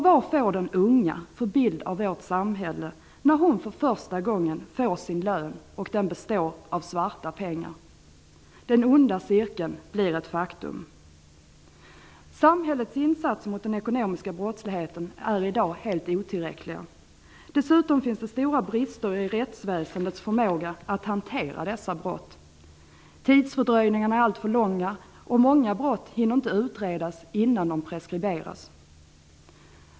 Vad får den unga för bild av vårt samhälle när hon första gången får sin lön och den består av svarta pengar? Den onda cirkeln blir ett faktum. Samhällets insatser mot den ekonomiska brottsligheten är i dag helt otillräckliga. Dessutom finns det stora brister i rättsväsendets förmåga att hantera dessa brott. Tidsfördröjningarna är alltför långa, och många brott hinner inte utredas innan de preskriberas.